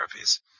therapies